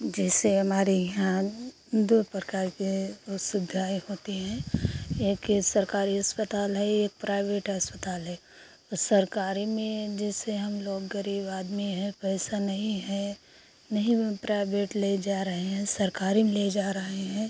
जैसे हमारे यहाँ दो प्रकार के वो सुविधाएँ होती हैं एक यह सरकारी अस्पताल है एक प्राइवेट अस्पताल है वो सरकारी में जैसे हम लोग ग़रीब आदमी हैं पैसा नहीं है नहीं में प्राइबेट ले जा रहे हैं सरकारी में ले जा रहे हैं